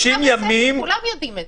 המדינה בסגר, כולם יודעים את זה.